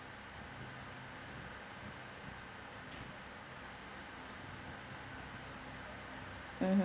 mmhmm